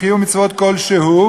או קיום מצוות כלשהו,